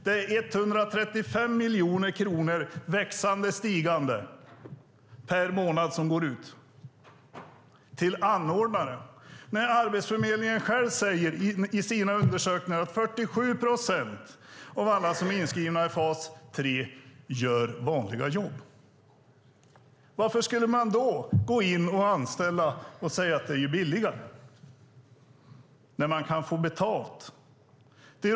Det är 135 miljoner kronor, växande och stigande, per månad som går ut till anordnare. Enligt Arbetsförmedlingens egna undersökningar gör 47 procent av dem som är inskrivna i fas 3 vanliga jobb. Varför ska man då gå in och anställa och säga att det är billigare när man kan få betalt?